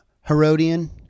Herodian